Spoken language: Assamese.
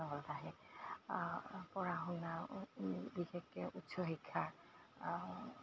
চহৰত আহে পঢ়া শুনা বিশেষকৈ উচ্চ শিক্ষা